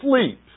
sleep